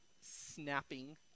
snapping